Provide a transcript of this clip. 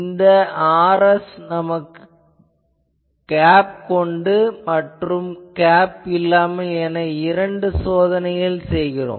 இந்த Rs நாம் cap கொண்டு மற்றும் கேப் இல்லாமல் என இரண்டு சோதனைகள் செய்கிறோம்